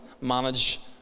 manage